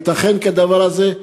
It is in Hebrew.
הייתכן כדבר הזה?